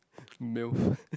MILF